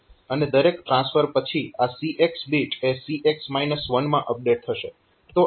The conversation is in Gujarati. અને દરેક ટ્રાન્સફર પછી આ CX બીટ એ CX 1 માં અપડેટ થશે